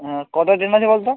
হ্যাঁ কটায় ট্রেন আছে বল তো